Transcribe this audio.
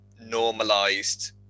normalized